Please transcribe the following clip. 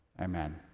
Amen